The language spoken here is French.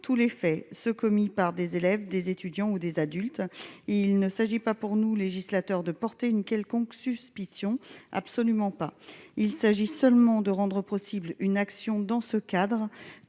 tous les faits ceux commis par des élèves, des étudiants ou des adultes, il ne s'agit pas pour nous législateur de porter une quelconque suspicion absolument pas, il s'agit seulement de rendre possible une action dans ce cadre,